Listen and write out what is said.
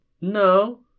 No